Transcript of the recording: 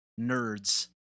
nerds